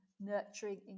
nurturing